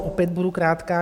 Opět budu krátká.